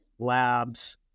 labs